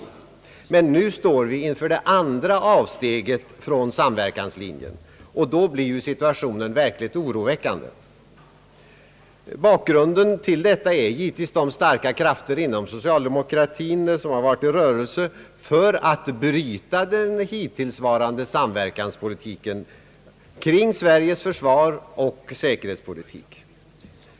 Nu står vi emellertid inför det andra avsteget från samverkanslinjen, och då blir situationen verkligt oroväckande. Bakgrunden till detta är givetvis de starka krafter inom socialdemokratin som har varit i rörelse för att bryta den hittillsvarande samverkanspolitiken när det gäller Sveriges försvar och säkerhetspolitik.